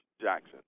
Jackson